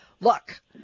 look